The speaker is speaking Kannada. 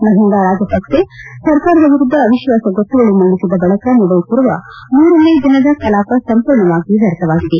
ಮಹಿಂದಾ ರಾಜಪಕ್ಷೆ ಸರ್ಕಾರದ ವಿರುದ್ದ ಅವಿಶ್ವಾಸ ಗೊತ್ತುವಳಿ ಮಂಡಿಸಿದ ಬಳಿಕ ನಡೆಯುತ್ತಿರುವ ಮೂರನೇ ದಿನದ ಕಲಾಪ ಸಂಪೂರ್ಣವಾಗಿ ವ್ಯರ್ಥವಾಗಿದೆ